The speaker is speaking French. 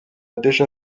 déjà